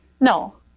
no